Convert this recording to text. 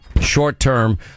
short-term